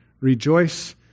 Rejoice